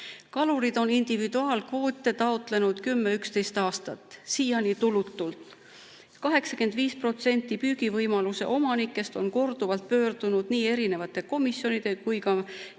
Kalurid on individuaalkvoote taotlenud kümme-üksteist aastat, siiani tulutult. 85% püügivõimaluse omanikest on korduvalt pöördunud nii erinevate komisjonide kui ka